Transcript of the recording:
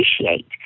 appreciate